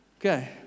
Okay